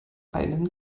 einen